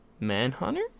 Manhunter